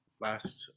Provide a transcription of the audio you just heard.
Last